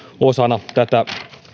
osana tätä